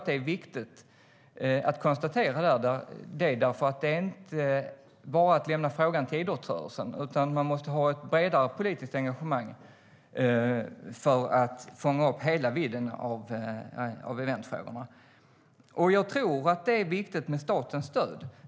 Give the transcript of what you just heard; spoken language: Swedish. Det är viktigt, för det är inte bara att lämna frågan till idrottsrörelsen. Vi måste ha ett bredare politiskt engagemang för att fånga upp hela vidden av eventfrågorna. Jag tror att det är viktigt med statligt stöd.